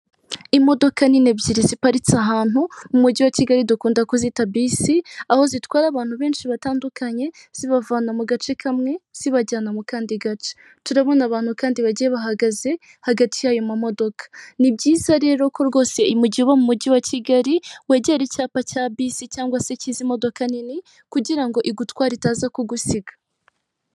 Imodoka nini ebyiri ziparitse ahantu umujyi wa kigali dukunda kuzita bisi, aho zitwara abantu benshi batandukanye zibavana mu gace kamwe zibajyana mu kandi gace turabona abantu kandi bajye bahagaze hagati y'ayo mamodoka. ni byiza rero ko rwosejyi wo mu mujyi wa kigali wegera icyapa cya bisi cyangwa se kizi imodokadoka nini kugirango igutware itaza kugusiga.